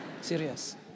Serious